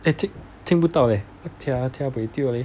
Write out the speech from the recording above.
is it 听不到 leh tia tia buay tio leh